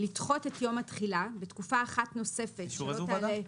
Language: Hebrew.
לדחות את יום התחילה בתקופה אחת נוספת שלא תעלה" -- אישור איזו ועדה?